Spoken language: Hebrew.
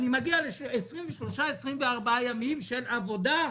אני מגיע ל-24-23 ימים של עבודה,